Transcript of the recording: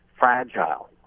fragile